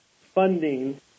funding